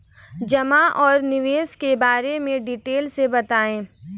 जमा और निवेश के बारे में डिटेल से बताएँ?